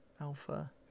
alpha